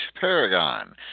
Paragon